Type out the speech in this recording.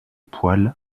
poils